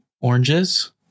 oranges